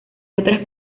otras